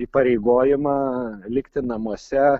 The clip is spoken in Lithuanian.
įpareigojimą likti namuose